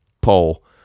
poll